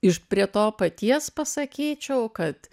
iš prie to paties pasakyčiau kad